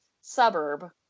Suburb